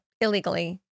illegally